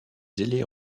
zélés